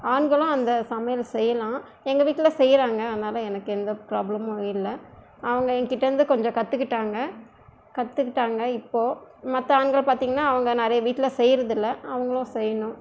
ஆண்களும் அந்த சமையல் செய்யலாம் எங்கள் வீட்டில் செய்கிறாங்க அதனால் எனக்கு எந்த ப்ராப்லமும் இல்லை அவங்க என் கிட்டே வந்து கொஞ்சம் கற்றுக்கிட்டாங்க கற்றுக்கிட்டாங்க இப்போது மற்ற ஆண்களை பார்த்தீங்கன்னா அவங்க நிறைய வீட்டில் செய்வது இல்லை அவர்களும் செய்யணும்